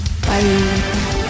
Bye